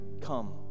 Come